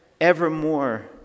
evermore